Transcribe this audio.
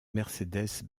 mercedes